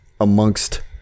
amongst